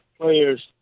players